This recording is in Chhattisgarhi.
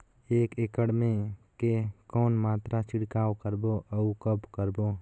एक एकड़ मे के कौन मात्रा छिड़काव करबो अउ कब करबो?